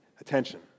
Attention